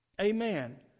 Amen